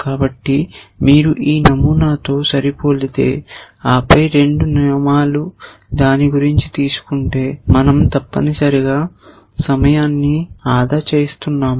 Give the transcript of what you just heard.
కాబట్టి మీరు ఈ నమూనాతో సరిపోలితే ఆపై రెండు నియమాలు దాని గురించి తెలుసుకుంటే మనంతప్పనిసరిగా సమయాన్ని ఆదా చేస్తున్నాము